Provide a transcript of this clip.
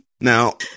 Now